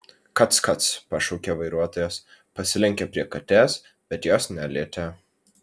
kac kac pašaukė vairuotojas pasilenkė prie katės bet jos nelietė